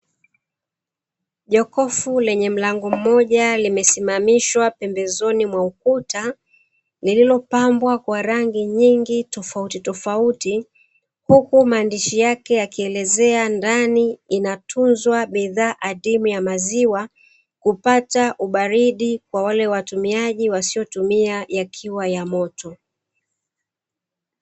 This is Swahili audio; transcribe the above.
Jokofu lenye mlango mmoja limesimamishwa pembezoni mwa ukuta lililopambwa kwa rangi nyingi za tofauti tafauti huku maandishi yake yakielekeza ndani inatunzwa bidhaa adimu ya maziwa, kupata ubaridi kwa wale watumiaji wasiotumia yakiwa ya moto.